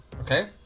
Okay